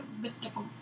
mystical